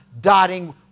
dotting